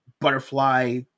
butterfly